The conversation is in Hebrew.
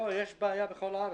יש בעיה בכל הארץ.